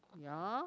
ya